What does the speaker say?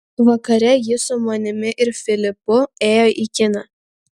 vakare jis su manimi ir filipu ėjo į kiną